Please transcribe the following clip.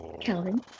Calvin